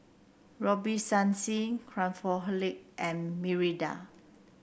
Robitussin Craftholic and Mirinda